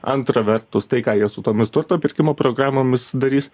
antra vertus tai ką jie su tomis turto pirkimo programomis darys